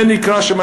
זה נקרא שמה,